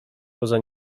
poza